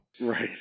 Right